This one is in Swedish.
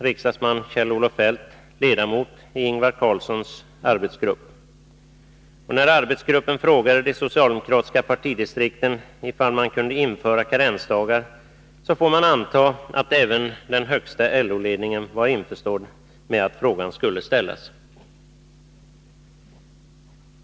riksdagsman Kjell-Olof Feldt ledamot i Ingvar Carlssons arbetsgrupp. När arbetsgruppen frågade de socialdemokratiska partidistrikten ifall man kunde införa karensdagar, så får man anta att även den högsta LO-ledningen var införstådd med att frågan skulle ställas.